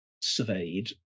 surveyed